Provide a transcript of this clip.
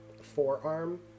forearm